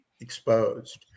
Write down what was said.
exposed